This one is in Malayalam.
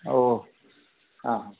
ഓ ആ